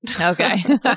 Okay